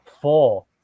four